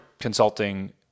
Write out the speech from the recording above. consulting